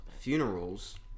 Funerals